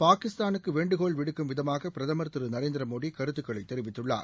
பாகிஸ்தானுக்கு வேண்டுகோள் விடுக்கும் விதமாக பிரதமர் திரு நரேந்திர மோடி கருத்துக்களை தெரிவித்துள்ளார்